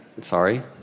sorry